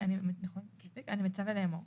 מצווה לאמור: